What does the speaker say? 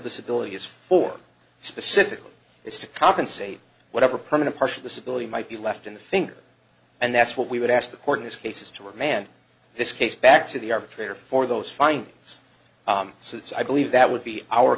disability is for specifically is to compensate whatever permanent partial disability might be left in the finger and that's what we would ask the court in this case is to remand this case back to the arbitrator for those findings since i believe that would be our